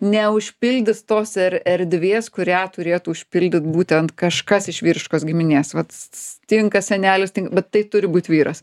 neužpildys tos er erdvės kurią turėtų užpildyt būtent kažkas iš vyriškos giminės vat s s tinka senelis tin bet tai turi būt vyras